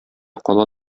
кала